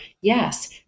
yes